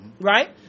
Right